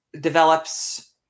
develops